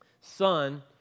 Son